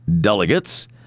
delegates